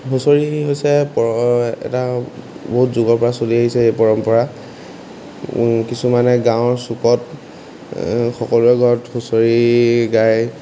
হুঁচৰি হৈছে প এটা বহুত যুগৰ পৰা চলি আহিছে এই পৰম্পৰা কিছুমানে গাঁৱৰ চুকত সকলোৰে ঘৰত হুঁচৰি গায়